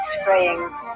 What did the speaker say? spraying